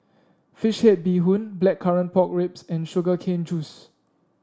fish head Bee Hoon Blackcurrant Pork Ribs and Sugar Cane Juice